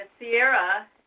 Sierra